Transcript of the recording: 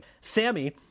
Sammy